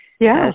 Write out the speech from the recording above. Yes